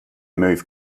move